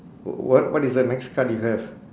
wh~ what what is the next card you have